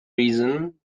reason